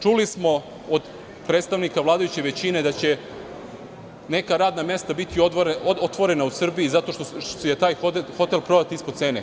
Čuli smo od predstavnika vladajuće većine da će neka radna mesta biti otvorena u Srbiji zato što je taj hotel prodat ispod cene.